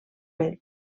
pel